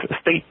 state